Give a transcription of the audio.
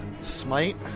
smite